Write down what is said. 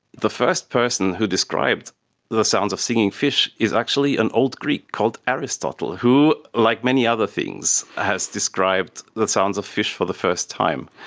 the first person who described the sounds of singing fish is actually an old greek called aristotle who, like many other things, has described the sounds of fish for the first time.